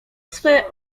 swe